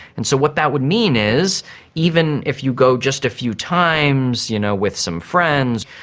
and so what that would mean is even if you go just a few times you know with some friends,